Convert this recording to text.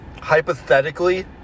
hypothetically